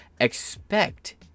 expect